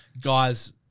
guys